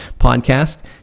podcast